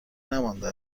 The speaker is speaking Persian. نمانده